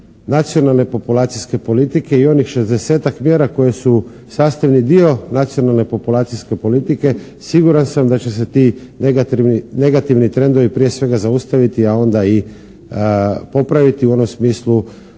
nacionalne populacijske politike i onih 60-tak mjera koje su sastavni dio nacionalne populacijske politike siguran sam da će se ti negativni trendovi prije svega zaustaviti a onda i popraviti u onom smislu